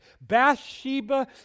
Bathsheba